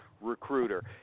recruiter